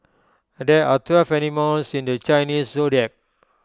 there are twelve animals in the Chinese Zodiac